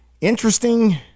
Interesting